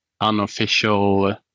unofficial